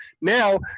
Now